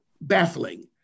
baffling